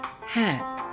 hat